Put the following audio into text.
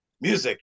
music